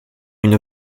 une